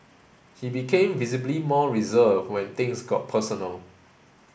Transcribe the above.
he became visibly more reserved when things got personal